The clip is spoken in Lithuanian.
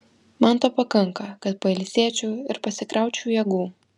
man to pakanka kad pailsėčiau ir pasikraučiau jėgų